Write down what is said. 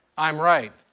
i'm right.